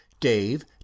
dave